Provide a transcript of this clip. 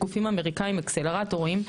גופים אמריקאיים אקסלרטורים,